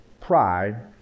pride